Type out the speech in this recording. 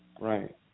Right